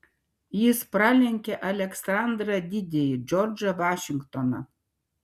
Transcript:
jis pralenkė aleksandrą didįjį džordžą vašingtoną